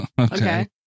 Okay